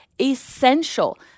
essential